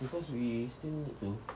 because we still need to